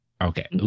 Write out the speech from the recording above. Okay